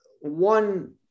one